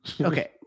Okay